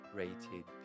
rated